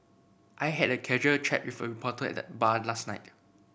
I had a casual chat with a reporter at the bar last night